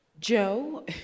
Joe